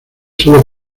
solo